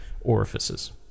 orifices